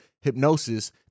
hypnosis